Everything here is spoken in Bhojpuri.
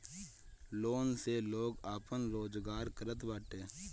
लोन से लोग आपन रोजगार करत बाटे